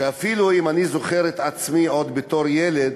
שאפילו, אם אני זוכר את עצמי עוד בתור ילד,